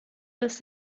das